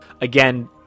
Again